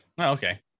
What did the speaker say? okay